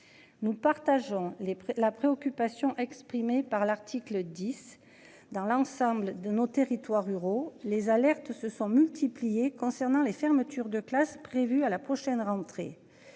Nous partageons les la préoccupation exprimée par l'article 10 dans l'ensemble de nos territoires ruraux les alertes se sont multipliées concernant les fermetures de classes prévues à la prochaine rentrée.